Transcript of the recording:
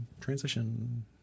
transition